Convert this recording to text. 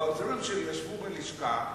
והעוזרים שלי ישבו בלשכה,